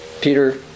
Peter